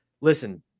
listen